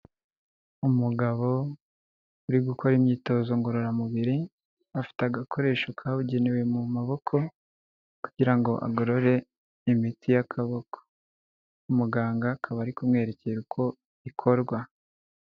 Umugabo uri gukora imyitozo ngororamubiri, afite agakoresho kabugenewe mu maboko kugira ngo agorore imitsi y'akaboko, muganga akaba ari kumwerekera uko bikorwa.